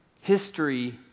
History